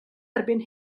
erbyn